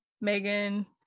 Megan